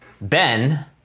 Ben